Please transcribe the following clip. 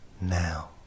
now